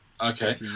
Okay